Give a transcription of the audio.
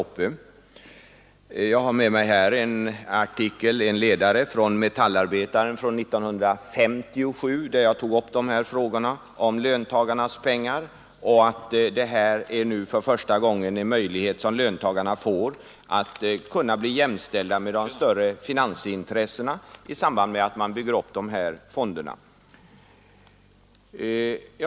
Jag har här med mig en artikel — en ledare i Metallarbetaren från 1957 — där jag tog upp denna fråga om löntagarnas pengar och framhöll att ”nu står för första gången löntagarna inför möjligheten att bli jämställda med de stora finansintressena” i samband med att man bygger upp dessa fonder.